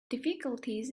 difficulties